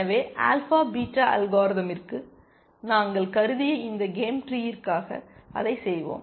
எனவே alpha beta அல்காரிதமிற்கு நாங்கள் கருதிய இந்த கேம் ட்ரீயிற்காக அதை செய்வோம்